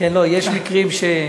גם במשנה.